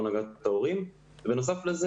היום 5 באוגוסט 2020, ט"ו באב התש"ף.